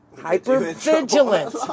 hyper-vigilant